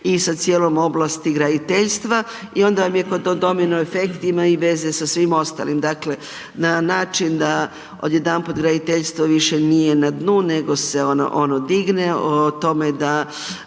i sa cijelom oblasti i graditeljstva i onda vam je kao to domino efekt, ima i veze sa svim ostalim. Dakle, na način da odjedanput graditeljstvo više nije na dnu nego se ono digne, o tome da